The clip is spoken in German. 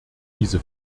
diese